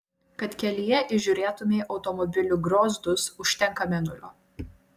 kad kelyje įžiūrėtumei automobilių griozdus užtenka mėnulio